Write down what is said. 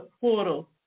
portal